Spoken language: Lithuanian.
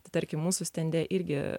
tai tarkim mūsų stende irgi